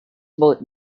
both